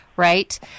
Right